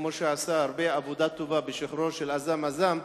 כמו שהוא עשה עבודה טובה ורבה בשחרורו של עזאם עזאם,